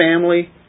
family